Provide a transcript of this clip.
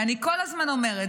ואני כל הזמן אומרת,